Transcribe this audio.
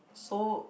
so